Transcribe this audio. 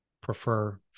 prefer